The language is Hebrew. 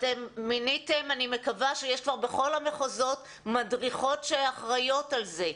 אני מקווה שיש כבר בכל המחוזות מדריכות שאחראיות על זה.